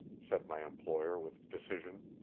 said my employer with decision.